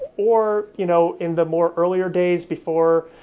or you know in the more earlier days before,